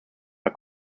are